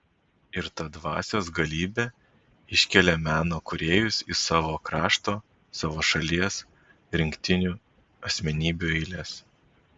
ir ta dvasios galybė iškelia meno kūrėjus į savo krašto savo šalies rinktinių asmenybių eiles